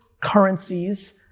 currencies